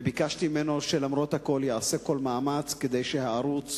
וביקשתי ממנו שלמרות הכול יעשה כל מאמץ כדי שהערוץ